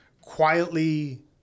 quietly